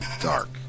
dark